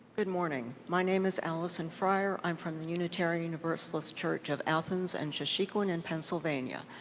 good morning. my name is alison fryer. i'm from the unitarian universalist church of athens and shesequan in pennsylvania.